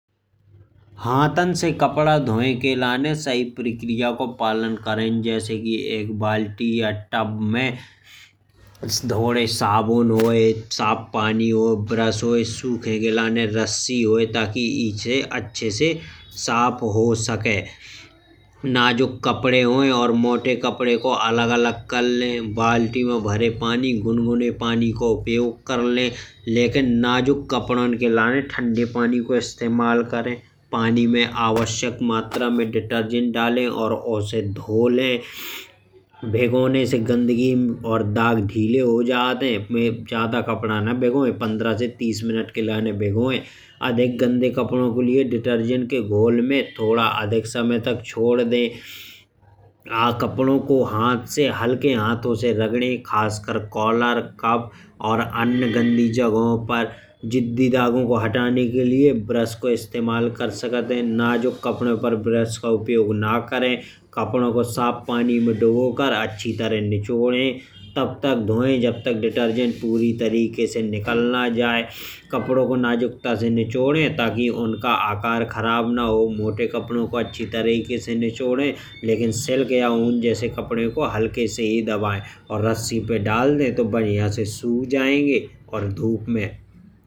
हाथन से कपड़ा धोये के लाने सही प्रक्रिया को पालन करें। जैसे कि एक बाल्टी या टब में थोड़े साबुन हुए साफ पानी होए ब्रश होए। सुखे के लाने रस्सी होए ताकि इससे अच्छे से साफ हो सके। नाजुक कपड़े होए और मोटे कपड़े को अलग अलग कर ले बाल्टी में भरे पानी गुनगुने पानी को प्रयोग कर ले। लेकिन नाजुक कपड़ोन के लाने ठंडे पानी को इस्तेमाल करें। पानी में आवश्यक मात्रा में डिटर्जेंट डाले और उससे धो ले। भिगोने से गंदगी और दाग ढीले हो जात है। ज्यादा कपड़ा ना भिगोए पंद्रह से तीस मिनट के लाने भिगोए। अधिक कपड़ों के लिए डिटर्जेंट के घोल में थोड़ा अधिक समय तक छोड़ दें। कपड़ों को हाथ से हल्के हाथों से रगड़े खासकर कॉलर कप और अन्य गंदी जगहों पर। जिद्दी दागो को हटाने के लिए ब्रश को इस्तेमाल कर सकते है। नाजुक कपड़ोन पे ब्रश को उपयोग ना करें। कपड़ों को साफ पानी में डुबोकर अच्छी तरह निचोड़े। तब तक धोए तब तक डिटर्जेंट पूरी तरीके से निकल ना जाए कपड़ों को नाजुकता से निचोड़े। ताकि उनका आकार खराब ना हो मोटे कपड़ों को अच्छी तरीके से निचोड़े। लेकिन सिल्क या ऊन से कपड़े को हल्के से ही दबाए रस्सी पे डाल दें तो बढ़िया से सूख जाएंगे और धूप में।